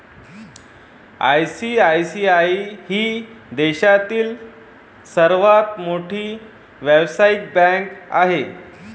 ICICI ही देशातील सर्वात मोठी व्यावसायिक बँक आहे